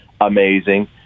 Amazing